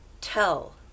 tell